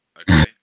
okay